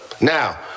Now